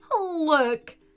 Look